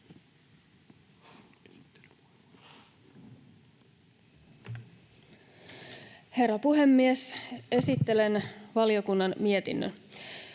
Herra puhemies! Esittelen valiokunnan mietinnön.